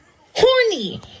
Horny